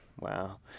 Wow